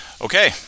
Okay